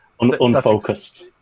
unfocused